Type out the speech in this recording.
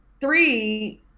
three